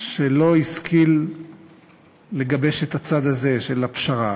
שלא השכיל לגבש את הצד הזה, של הפשרה.